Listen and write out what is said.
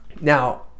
now